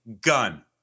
gun